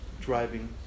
driving